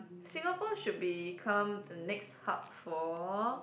Singapore should become the next hub for